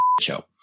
show